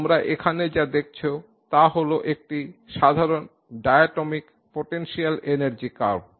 তোমরা এখানে যা দেখছ তা হল একটি সাধারণ ডায়াটমিক পোটেনশিয়াল এনার্জি কার্ভ